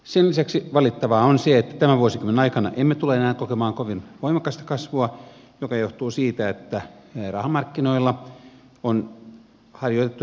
sen lisäksi valitettavaa on se että tämän vuosikymmenen aikana emme tule enää kokemaan kovin voimakasta kasvua mikä johtuu siitä että rahamarkkinoilla on harjoitettu hyvin löysää politiikkaa